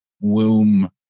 womb